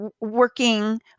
working